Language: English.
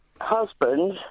husband